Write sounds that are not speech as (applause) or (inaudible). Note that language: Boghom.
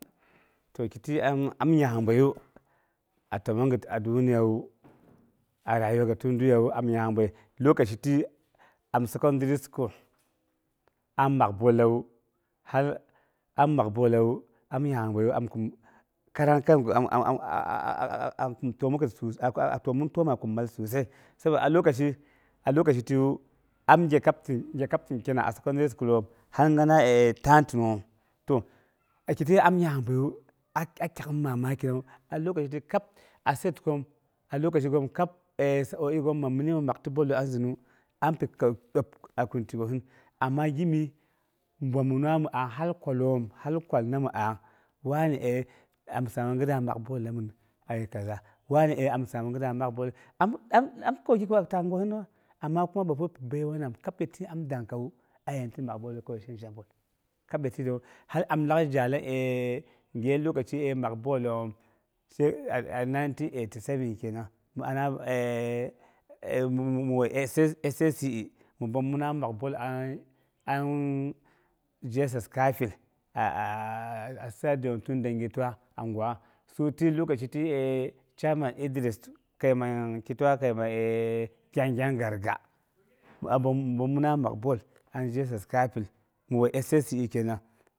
Toh kiti am nyanghabeiyu a təmongit ad niyawu, a rayuwa gət tunnduiyawu am nyangbei lokashi ti am secondary school am mak bollawu hal, am mak bolawu am yangha ngoiyu am kum, karang kam git kum tw monghit a-a ah twomim twoma kin maal sosai, saboda a lokashi, a lokashi tiwu, am nghe kaptin kena a secondary school om, ha nyana tanti ghom. To kiti am nyanghabeiya a ta'ghm mamakinawu. A lokashi ti kab a set gom, a lokashi ghom kab sa'oi ghomam min mak ti bok a anangzinu, am pi kəi dip a kinti gohin, amma gimi bwaguna mi'a kwalom hal kwal nimi'a wani? eh, am sam ko ghida mak bola min aye kaza. Wani em, am sama ghida mak bol, am kei dop tanghosin pa, Bapi pi baiwa nan kab pi ti am danghawu, a yeniti mak blu sai am zha bo Gghe lokashi mak ballom sai a (unintelligible) kenang mi ana (hesitation) whei SSCE mibom mina mak ball ang GSS Kafel (hesitation) (hesitation) stadium a Dngi twa, nghe angwa twa. Pi lokashi ti (hesitation) Chairman Idris Keinang ti twa kei me (hesitation) kin gyang Garga mi a bomina mak ball an GSS Kapil mi wui SSCE Kenan.